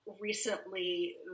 recently